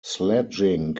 sledging